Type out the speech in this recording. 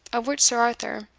of which sir arthur,